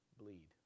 bleed